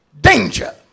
danger